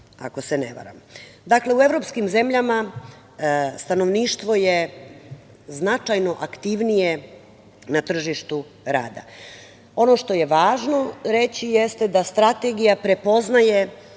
ako se ne varam. Dakle, u evropskim zemljama stanovništvo je značajno aktivnije na tržištu rada. Ono što je važno reći jeste da strategija prepoznaje